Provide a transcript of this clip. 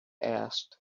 asked